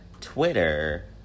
Twitter